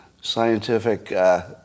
scientific